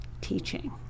teaching